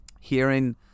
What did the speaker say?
hearing